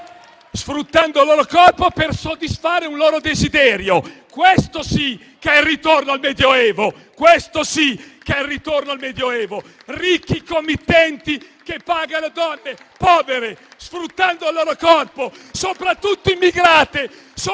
sfruttando il loro corpo per soddisfare un loro desiderio. *(Applausi. Commenti).* Questo sì che è il ritorno al Medioevo: ricchi committenti che pagano le donne povere, sfruttando il loro corpo, soprattutto donne immigrate